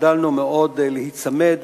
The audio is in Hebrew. השתדלנו מאוד להיצמד